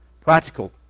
Practical